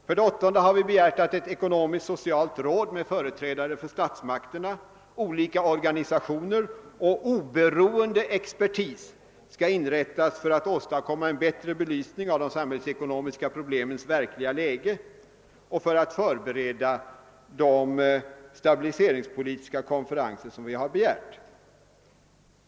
För det åttonde har vi begärt att ett ekonomiskt socialt råd med företrädare för statsmakterna, olika organisationer samt oberoende expertis skall inrättas för att åstadkomma en bättre belysning av de samhällspolitiska problemens verkliga läge och för att förbereda de stabiliseringskonferenser som vi har begärt.